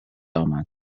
امدبه